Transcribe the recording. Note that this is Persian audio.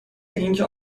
اینکه